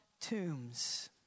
tombs